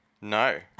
No